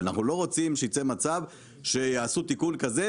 אנחנו לא רוצים שייצא מצב שיעשו תיקון כזה,